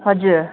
हजुर